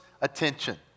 attention